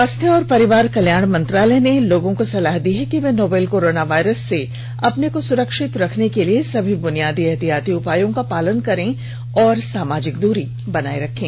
स्वास्थ्य और परिवार कल्याण मंत्रालय ने लोगों को सलाह दी है कि वे नोवल कोरोना वायरस से अपने को सुरक्षित रखने के लिए सभी बुनियादी एहतियाती उपायों का पालन करें और सामाजिक दूरी बनाए रखें